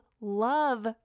love